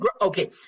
Okay